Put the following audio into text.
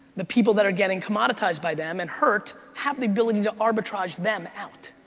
the people that are getting commoditized by them and hurt have the ability to arbitrage them out.